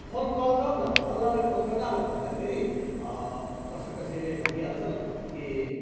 phone call गर न फलनालाई फोन लगा न भन्दाखेरि कसै कसैले भनिहाल्छन् कि